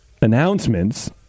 announcements